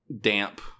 damp